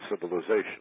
civilization